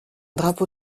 drapeau